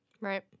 Right